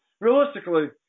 realistically